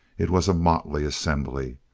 it was a motley assembly.